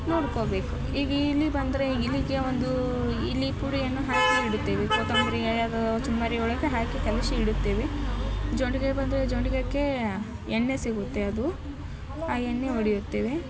ನೋಡ್ಕೊಬೇಕು ಈಗ ಇಲಿ ಬಂದರೆ ಇಲಿಗೆ ಒಂದು ಇಲಿ ಪುಡಿಯನ್ನು ಹಾಕಿ ಇಡುತ್ತೇವೆ ಕೊತ್ತಂಬ್ರಿ ಚುರ್ಮರಿ ಒಳಗೆ ಹಾಕಿ ಕಲಿಸಿ ಇಡುತ್ತೇವೆ ಜೊಂಡಿಗೆ ಬಂದರೆ ಜೊಂಡಿಗಕ್ಕೆ ಎಣ್ಣೆ ಸಿಗುತ್ತೆ ಅದು ಆ ಎಣ್ಣೆ ಹೊಡಿಯುತ್ತೇವೆ